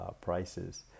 prices